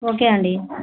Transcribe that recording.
okay అండి